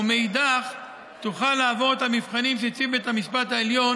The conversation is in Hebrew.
ומאידך גיסא תוכל לעבור את המבחנים שהציב בית המשפט העליון